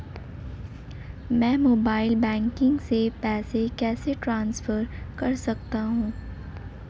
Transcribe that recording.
मैं mobile banking से पैसे कैसे ट्रांसफर कर सकता हूं?